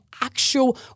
actual